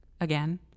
again